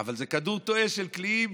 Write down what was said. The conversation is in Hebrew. אבל זה כדור תועה של קליעים